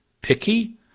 picky